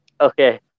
okay